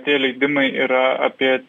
tie leidimai yra apie